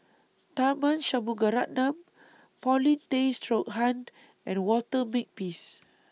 Tharman Shanmugaratnam Paulin Tay Straughan and Walter Makepeace